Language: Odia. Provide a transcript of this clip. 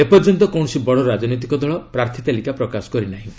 ଏପର୍ଯ୍ୟନ୍ତ କୌଣସି ବଡ଼ ରାଜନୈତିକ ଦଳ ପ୍ରାର୍ଥୀ ତାଲିକା ପ୍ରକାଶ କରିନାହିଁ